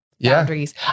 boundaries